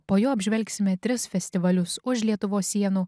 po jo apžvelgsime tris festivalius už lietuvos sienų